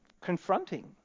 confronting